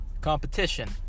competition